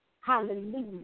Hallelujah